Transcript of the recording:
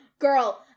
Girl